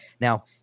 now